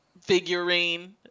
figurine